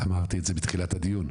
אמרתי את זה בתחילת הדיון.